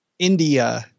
India